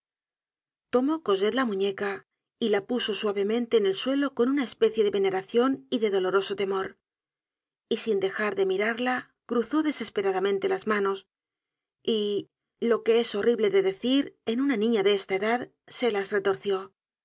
tomó cosette la muñeca y la puso suavemente en el suelo con una especie de veneracion y de doloroso temor y sin dejar de mirarla cruzó desesperadamente las manos y lo que es horrible de decir en una niña de esta edad se las retorció